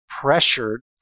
pressured